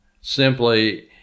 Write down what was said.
simply